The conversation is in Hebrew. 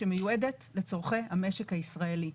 שמיועדת לצורכי המשק הישראלי.